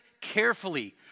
carefully